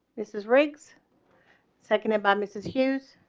this is riggs seconded by mrs hughes.